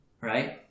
Right